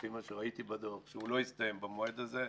לפי מה שראיתי בדוח, שהוא לא יסתיים במועד הזה,